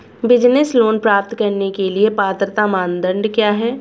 Business loan प्राप्त करने के लिए पात्रता मानदंड क्या हैं?